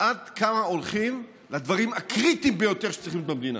עד כמה הולכים לדברים הקריטיים ביותר שצריכים להיות במדינה.